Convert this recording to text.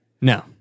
No